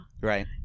Right